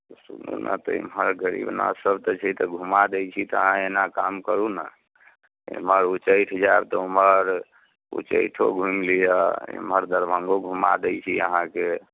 सूनू ने तऽ एम्हर गरीब नाथ सब तऽ छै घूमा दै छी तऽ अहाँ एना काम करू ने एम्हर उच्चैठ जायब तऽ ओम्हर उच्चैठो घूमि लिअ आ एम्हर दरभङ्गो घूमा दै छी अहाँकेँ